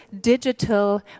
digital